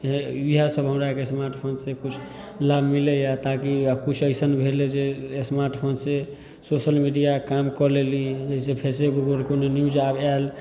ई इएहसब हमरा आरके स्मार्टफोनसे किछु लाभ मिलैए ताकि किछु अइसन भेलै जे स्मार्टफोनसे सोशल मीडिआके काम कऽ लेली जइसे फेसेबुकपर कोनो न्यूज आब आएल